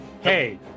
Hey